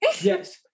Yes